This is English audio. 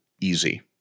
easy